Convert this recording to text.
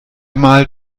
mal